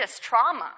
trauma